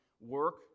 work